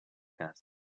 cas